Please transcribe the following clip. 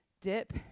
dip